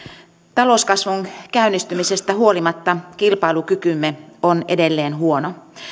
talouskasvun käynnistymisestä huolimatta kilpailukykymme on edelleen huono